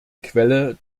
quelle